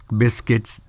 biscuits